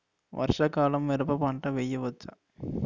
వర్షాకాలంలో మిరప పంట వేయవచ్చా?